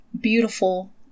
beautiful